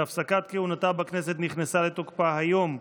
שהפסקת כהונתה בכנסת נכנסה לתוקפה היום,